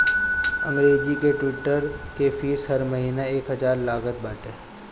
अंग्रेजी के ट्विटर के फ़ीस हर महिना एक हजार लागत बाटे